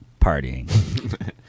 Partying